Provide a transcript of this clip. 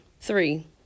Three